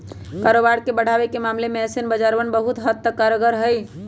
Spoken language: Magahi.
कारोबार के बढ़ावे के मामले में ऐसन बाजारवन बहुत हद तक कारगर हई